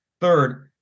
Third